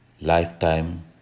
Lifetime